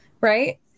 right